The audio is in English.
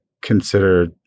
consider